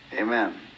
Amen